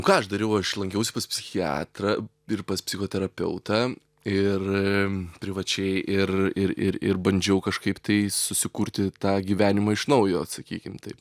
ką aš dariau aš lankiausi pas psichiatrą ir pas psichoterapeutą ir privačiai ir ir ir ir bandžiau kažkaip tai susikurti tą gyvenimą iš naujo vat sakykim taip